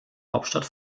hauptstadt